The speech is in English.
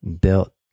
built